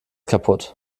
kaputt